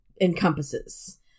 encompasses